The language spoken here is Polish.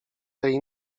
tej